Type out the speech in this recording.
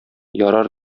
ярар